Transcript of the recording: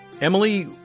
Emily